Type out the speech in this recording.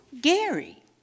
Gary